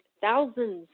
thousands